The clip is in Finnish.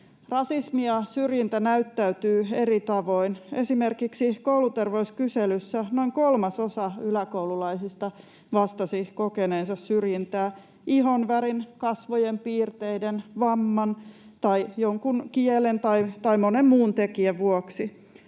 Rasismi ja syrjintä näyttäytyvät eri tavoin. Esimerkiksi kouluterveyskyselyssä noin kolmasosa yläkoululaisista vastasi kokeneensa syrjintää ihonvärin, kasvojen piirteiden, vamman tai kielen tai monen muun tekijän vuoksi.